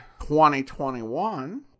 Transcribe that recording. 2021